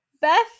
Beth